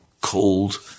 cold